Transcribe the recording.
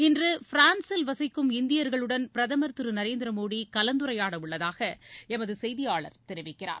இன்று பிரான்சில் வசிக்கும் இந்தியர்களுடன் பிரதமர் திரு நரேந்திர மோடி கலந்துரையாட உள்ளதாக எமது செய்தியாளர் தெரிவிக்கிறார்